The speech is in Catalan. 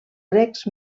grecs